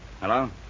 Hello